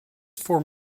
form